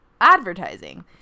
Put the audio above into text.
advertising